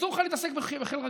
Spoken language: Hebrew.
אסור לך להתעסק בחיל רגלים,